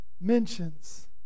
mentions